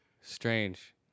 Strange